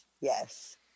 Yes